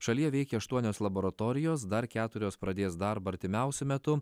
šalyje veikia aštuonios laboratorijos dar keturios pradės darbą artimiausiu metu